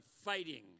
fighting